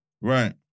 Right